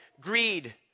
greed